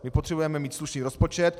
My potřebujeme mít slušný rozpočet.